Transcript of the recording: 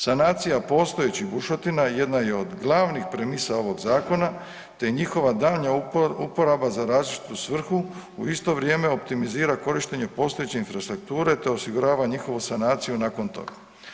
Sanacija postojećih bušotina jedna je od glavnih premisa ovog zakona te njihova daljnja uporaba za različitu svrhu u isto vrijeme optimizira korištenje postojeće infrastrukture te osigurava njihovu sanaciju nakon toga.